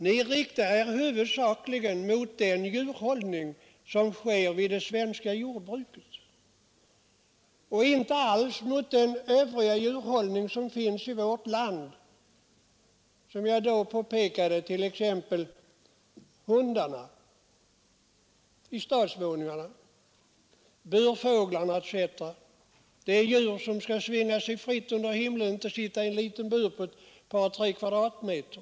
Ni riktar er huvudsakligen mot djurhållningen i det svenska jordbruket, inte mot den övriga djurhållningen i vårt land, t.ex. hundarna i stadsvåningarna och burfåglarna osv. Det är vad gäller fåglarna djur som egentligen skulle svinga sig fritt i skyn men som får sitta i en bur om några kvadratdecimeter.